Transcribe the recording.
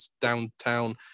downtown